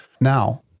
Now